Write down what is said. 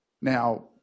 Now